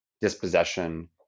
dispossession